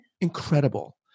incredible